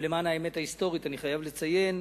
אבל למען האמת ההיסטורית אני חייב לציין